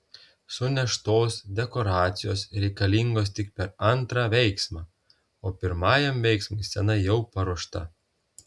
suneštos dekoracijos reikalingos tik per antrą veiksmą o pirmajam veiksmui scena jau paruošta